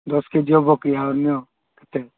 ଦଶ K G ହେବ କି ଆଉ ନିଅ କେତେ